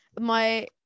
My-